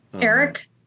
Eric